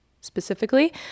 specifically